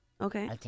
Okay